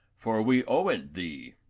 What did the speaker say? for we owe it thee.